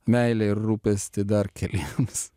meilę ir rūpestį dar keliems